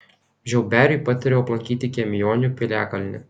žiauberiui patariau aplankyti kiemionių piliakalnį